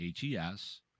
HES